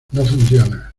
funciona